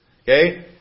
Okay